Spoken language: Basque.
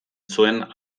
zuen